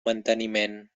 manteniment